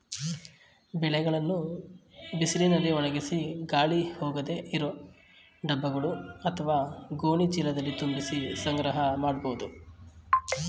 ಬೆಳೆಗಳನ್ನು ಬಿಸಿಲಿನಲ್ಲಿ ಒಣಗಿಸಿ ಗಾಳಿ ಹೋಗದೇ ಇರೋ ಡಬ್ಬಗಳು ಅತ್ವ ಗೋಣಿ ಚೀಲದಲ್ಲಿ ತುಂಬಿಸಿ ಸಂಗ್ರಹ ಮಾಡ್ಬೋದು